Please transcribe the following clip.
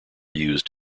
used